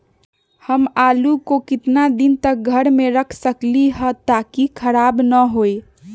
हम आलु को कितना दिन तक घर मे रख सकली ह ताकि खराब न होई?